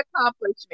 accomplishment